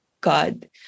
God